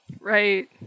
Right